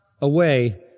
away